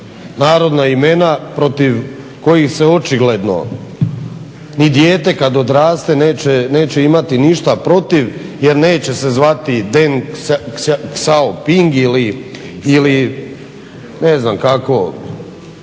narodna imena protiv kojih se očigledno, ni dijete kad odraste neće imati ništa protiv jer neće se zvati Deng Xiaoping ili ne znam kako,